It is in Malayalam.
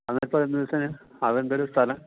അപ്പം അത് എന്തോരം സ്ഥലമാണ് അത് എന്തോരം സ്ഥലമാണ്